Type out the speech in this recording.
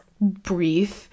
breathe